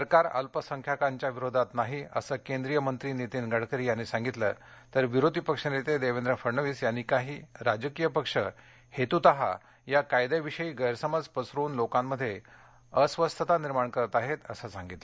सरकार अल्पसंख्याकांच्या विरोधात नाही असं केंद्रीय मंत्री नीतीन गडकरी यांनी सांगितलं तर विरोधी पक्षनेते देवेंद्र फडणवीस यांनी काही राजकीय पक्ष हेतूतः या कायद्याविषयी गैरसमज पसरवून लोकांमध्ये अस्वथता निर्माण करत आहेत असं यावेळी सांगितलं